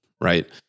right